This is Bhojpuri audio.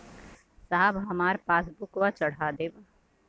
साहब हमार पासबुकवा चढ़ा देब?